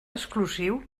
exclusiu